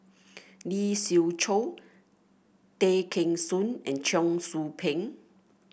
Lee Siew Choh Tay Kheng Soon and Cheong Soo Pieng